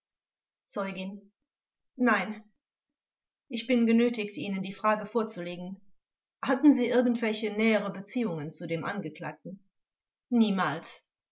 zeugin nein vors ich bin genötigt ihnen die frage vorzulegen gen hatten sie irgendwelche nähere beziehungen zu dem angeklagten zeugin niemals